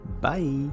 Bye